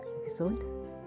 episode